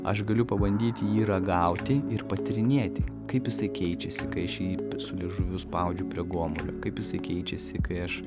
aš galiu pabandyti jį ragauti ir patyrinėti kaip jisai keičiasi kai aš jį su liežuviu spaudžiu prie gomurio kaip jisai keičiasi kai aš